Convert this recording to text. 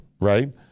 right